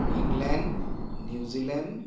England New Zealand